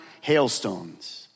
hailstones